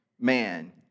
man